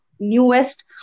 newest